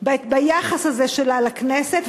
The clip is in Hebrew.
ביחס הזה שלה לכנסת?